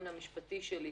המשפטי שלי,